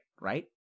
Right